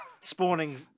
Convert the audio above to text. spawning